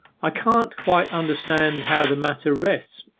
i can't quite understand how the matter rests.